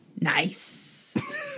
Nice